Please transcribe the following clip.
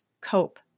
cope